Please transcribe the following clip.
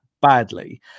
badly